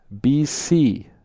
BC